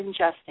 ingesting